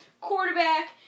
quarterback